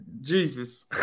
Jesus